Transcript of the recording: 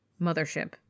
mothership